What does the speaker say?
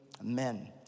amen